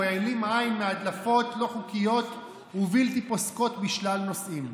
או העלים עין מהדלפות לא-חוקיות ובלתי פוסקות בשלל נושאים.